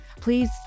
Please